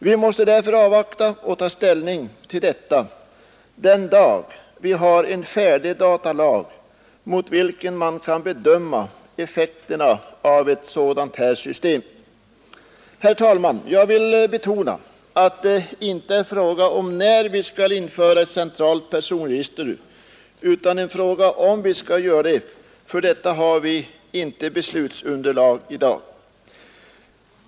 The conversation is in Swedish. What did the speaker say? Vi måste därför avvakta och ta ställning till detta den dag vi har en färdig datalag, mot vilken man kan bedöma effekterna av ett sådant här system. Herr talman! Jag vill betona att det nu inte gäller när vi skall införa ett centralt personregister utan om vi skall göra det. För detta har vi inte beslutsunderlag i dag.